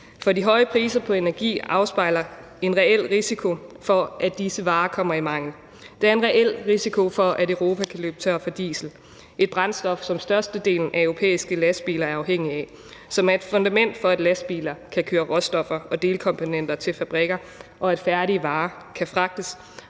for de høje priser på energi afspejler en reel risiko for, at disse varer kommer i mangel. Der er en reel risiko for, at Europa kan løbe tør for diesel, et brændstof, som størstedelen af europæiske lastbiler er afhængige af. Det er et fundament for, at lastbiler kan køre råstoffer og delkomponenter til fabrikker, og at færdige varer kan fragtes